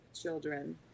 children